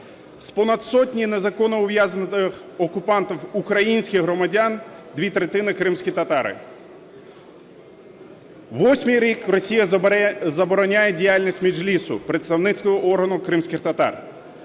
З понад сотні незаконно ув'язнених окупантом українських громадян дві третини – кримські татари. Восьмий рік Росія забороняє діяльність Меджлісу – представницького органу кримських татар.